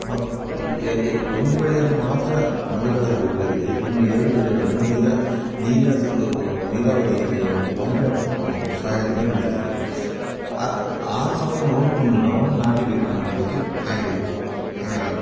ಮತ್ತು ಎ ಎ ಒಂದು ಬೆಳೆಯನ್ನು ಮಾತ್ರ ಮಳೆಗಾಲದಲ್ಲಿ ಬೆಳೆದರೆ ಇನ್ನು ಎರಡು ಬೆಳೆಗಳನ್ನು ನೀರ ನೀರಿನ ಸ ನೀರಾವರಿ ಇದು ಪಂಪಿನ ಸಹಾಯದಿಂದ ಬೆಳೆಸ್ತಾರೆ ಆ ಸಮಯ ನೋಡಿಕೊಂಡು ನಾವು ನಾಟಿ ಬೆ ಮಾಡಲಿಕ್ಕೆ ತಯಾರಿ ತಯಾರಾಗು